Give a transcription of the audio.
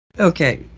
okay